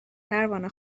پروانه